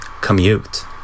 Commute